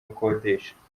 akodesha